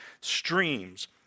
streams